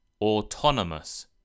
Autonomous